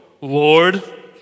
Lord